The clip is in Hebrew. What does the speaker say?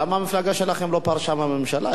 למה המפלגה שלכם לא פרשה מהממשלה?